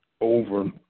over